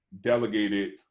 delegated